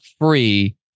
free